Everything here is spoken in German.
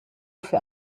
für